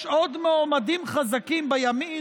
יש עוד מועמדים חזקים בימין,